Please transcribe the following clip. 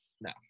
no